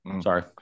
Sorry